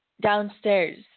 downstairs